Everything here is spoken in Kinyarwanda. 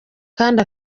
kandi